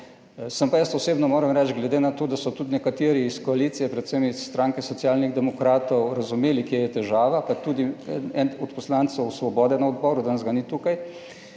Sem pa jaz osebno, moram reči, glede na to, da so tudi nekateri iz koalicije, predvsem iz stranke Socialnih demokratov razumeli kje je težava, pa tudi eden od poslancev Svobode na odboru, danes ga ni tukaj,